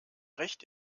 recht